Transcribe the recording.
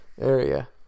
area